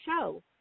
show